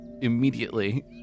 immediately